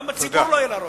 גם בציבור לא יהיה לה רוב.